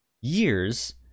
years